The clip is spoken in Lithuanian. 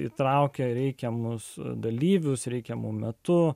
įtraukia reikiamus dalyvius reikiamu metu